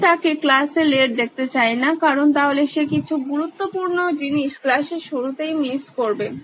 আমি তাকে ক্লাসে লেট দেখতে চাই না কারন তাহলে সে কিছু গুরুত্বপূর্ণ জিনিস ক্লাসের শুরুতেই মিস করবে